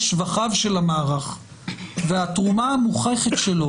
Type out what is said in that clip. שבחיו של המערך והתרומה המוכחת שלו,